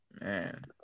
Man